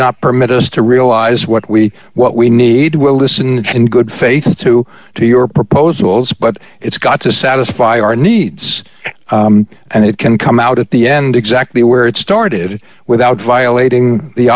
not permit us to realize what we what we need we'll listen in good faith to to your proposals but it's got to satisfy our needs and it can come out at the end exactly where it started without violating the